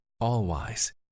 all-wise